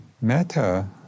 Metta